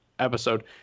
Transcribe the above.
episode